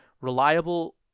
reliable